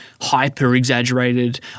hyper-exaggerated